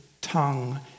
tongue